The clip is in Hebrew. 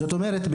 זאת אומרת,